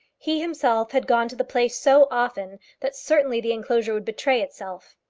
he himself had gone to the place so often that certainly the enclosure would betray itself.